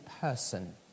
person